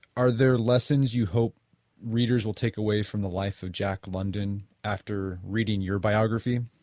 are there lessons you hope readers will take away from the life of jack london after reading your biography?